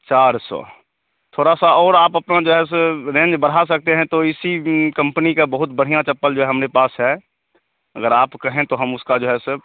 चार सौ थोड़ा सा और आप अपना जो है से रेंज बढ़ा सकते हैं तो इसी कम्पनी की बहुत बढ़िया चप्पल जो हमारे पास है अगर आप कहें तो हम उसका जो है सो